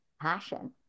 passion